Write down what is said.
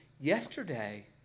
yesterday